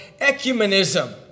ecumenism